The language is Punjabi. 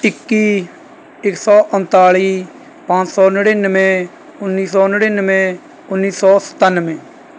ਇੱਕੀ ਇੱਕ ਸੌ ਉਨਤਾਲ਼ੀ ਪੰਜ ਸੌ ਨੜਿਨਵੇਂ ਉੱਨੀ ਸੌ ਨੜਿਨਵੇਂ ਉੱਨੀ ਸੌ ਸਤਾਨਵੇਂ